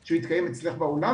שהוא יתקיים אצלך באולם,